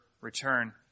return